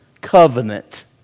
covenant